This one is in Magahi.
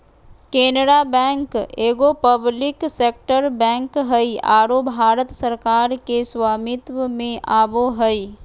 केनरा बैंक एगो पब्लिक सेक्टर बैंक हइ आरो भारत सरकार के स्वामित्व में आवो हइ